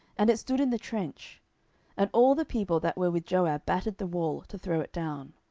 and it stood in the trench and all the people that were with joab battered the wall, to throw it down.